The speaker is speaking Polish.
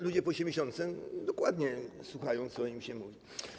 Ludzie po osiemdziesiątce dokładnie słuchają, co im się mówi.